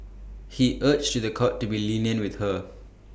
he urged to The Court to be lenient with her